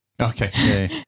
Okay